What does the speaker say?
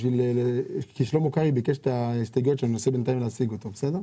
במקום "270 ימים" יבוא "280 ימים" מי בעד?